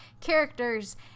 characters